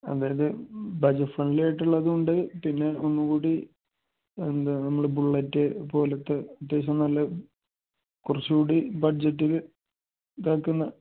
അതായത് budget friendly ആയിട്ടുള്ളത് ഉണ്ട് പിന്നെ ഒന്നുംകൂടി എന്താ നമ്മൾ ബുള്ളറ്റ് പോലത്തെ അത്യാവശ്യം നല്ല കുറച്ച് കൂടി ബഡ്ജറ്റിൽ ഇതാക്കുന്ന